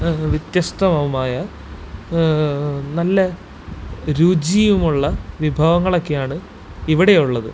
വ്യത്യസ്തവുമായ നല്ല രുചിയുമുള്ള വിഭവങ്ങളൊക്കെയാണ് ഇവിടെയുള്ളത്